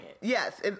yes